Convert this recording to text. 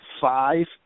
five